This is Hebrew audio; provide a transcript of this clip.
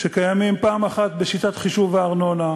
שקיימים בשיטת חישוב הארנונה,